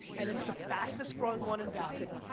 and it's the fastest growing one in value,